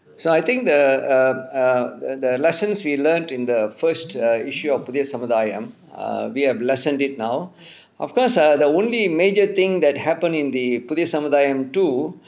so I think the err err the the lessons we learned in the first err issue of Puthiya Samuthayam samuthaayam err we have lessened it now of course err the only major thing that happen in the Puthiya Samuthayam samuthaayam two is